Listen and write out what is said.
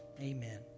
Amen